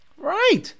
Right